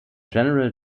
general